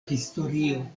historio